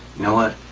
know what?